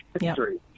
history